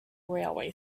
railway